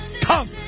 come